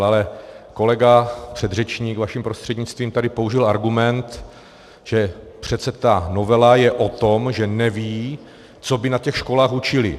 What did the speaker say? Ale kolega předřečník vaším prostřednictvím tady použil argument, že přece ta novela je o tom, že neví, co by na těch školách učili.